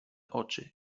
oczy